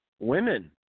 Women